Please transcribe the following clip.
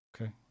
Okay